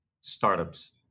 startups